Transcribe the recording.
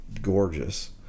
gorgeous